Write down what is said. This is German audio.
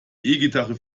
gitarre